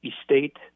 Estate